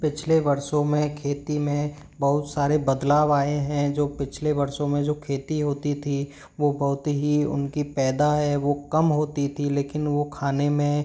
पिछले वर्षों में खेती में बहुत सारे बदलाव आए हैं जो पिछले वर्षों में जो खेती होती थी वो बहुत ही उनकी पैदा है वो कम होती थी लेकिन वो खाने में